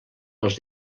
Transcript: els